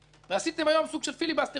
עשיתם היום סוג של פיליבאסטר בפעם החמישית.